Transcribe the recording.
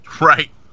right